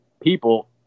people